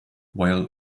while